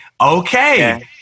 okay